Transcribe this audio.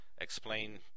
explain